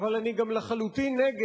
אבל אני גם לחלוטין נגד,